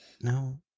No